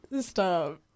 Stop